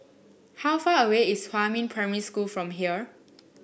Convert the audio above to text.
how far away is Huamin Primary School from here